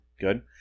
Good